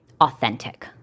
authentic